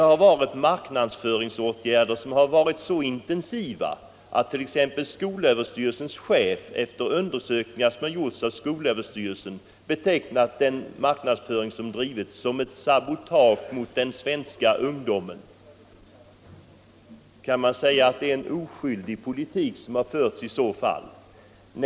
Marknadsföringsåtgärderna har varit så intensiva att t.ex. skolöverstyrelsens chef, efter undersökningar som har gjorts av skolöverstyrelsen, betecknat den bedrivna marknadsföringen som ett sabotage mot den svenska ungdomen. Kan man i så fall säga att det är en oskyldig politik som har förts?